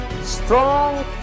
Strong